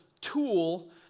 tool